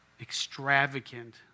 extravagant